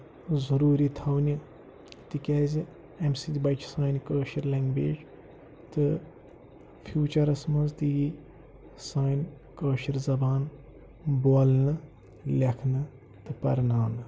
ضوٚروٗری تھاونہِ تِکیٛازِ اَمہِ سۭتۍ بَچہِ سانہِ کٲشِر لینٛگویج تہٕ فیوٗچَرَس منٛز تہِ یی سٲنۍ کٲشِر زَبان بولنہٕ لٮ۪کھنہٕ تہٕ پَرناونہٕ